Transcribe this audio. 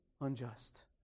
unjust